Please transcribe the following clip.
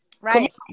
right